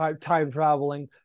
time-traveling